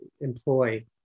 employ